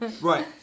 Right